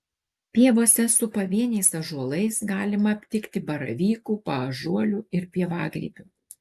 pievose su pavieniais ąžuolais galima aptikti baravykų paąžuolių ir pievagrybių